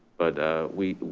but we,